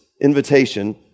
invitation